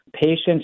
patients